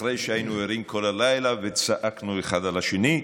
אחרי שהיינו ערים כל הלילה וצעקנו אחד על השני,